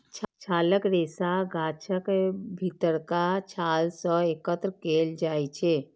छालक रेशा गाछक भीतरका छाल सं एकत्र कैल जाइ छै